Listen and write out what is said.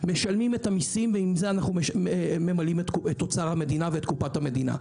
משלמים את המיסים ועם זה אנחנו ממלאים את אוצר המדינה ואת קופת המדינה.